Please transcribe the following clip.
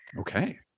Okay